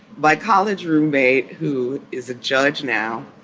my college roommate, who is a judge now,